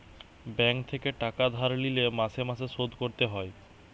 bank থেকে টাকা ধার লিলে মাসে মাসে শোধ করতে হয়